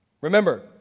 Remember